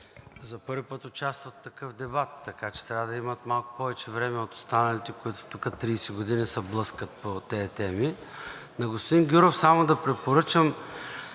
за първи път участват в такъв дебат. Така че трябва да имат малко повече време от останалите, които тук 30 години се блъскат по тези теми. На господин Гюров само да препоръчам: